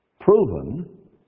proven